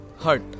hurt